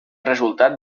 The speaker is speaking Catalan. resultat